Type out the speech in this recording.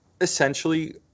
essentially